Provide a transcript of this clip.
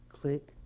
click